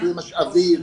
הרבה משאבים,